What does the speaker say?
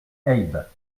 haybes